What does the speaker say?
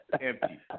empty